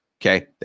Okay